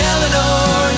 Eleanor